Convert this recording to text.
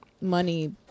money